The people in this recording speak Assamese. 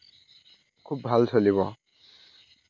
খুব ভাল চলিব